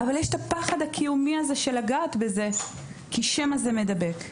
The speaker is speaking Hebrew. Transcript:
אבל יש את הפחד הקיומי הזה של לגעת בזה כי שמא זה מדבק,